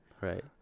right